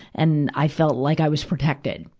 and i felt like i was protected.